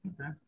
Okay